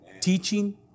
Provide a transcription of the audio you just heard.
teaching